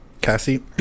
Cassie